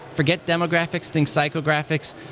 forget demographics, think psychographics,